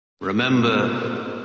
Remember